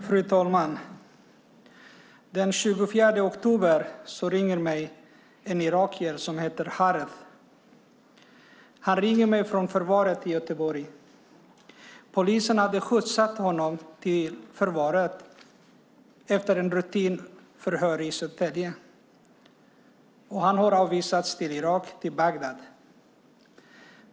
Fru talman! Den 24 oktober ringde en irakier som heter Harath mig. Han ringde mig från förvaret i Göteborg. Polisen hade skjutsat honom till förvaret efter ett rutinförhör i Södertälje. Han har avvisats till Irak, till Bagdad.